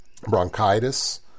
bronchitis